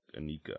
Anika